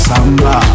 Samba